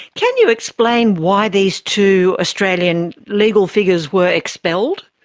can you explain why these two australian legal figures were expelled?